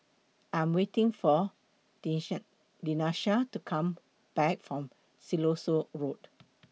I Am waiting For Denisha to Come Back from Siloso Road